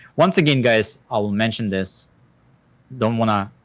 once again, guys, i will mention this don't wanna